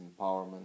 empowerment